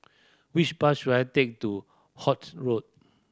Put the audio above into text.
which bus should I take to Holt Road